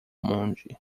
monge